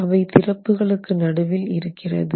அவை திறப்புகளுக்கு நடுவில் இருக்கிறது